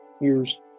years